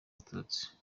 abatutsi